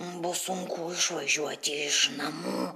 bus sunku išvažiuoti iš namų